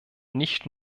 nicht